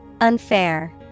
Unfair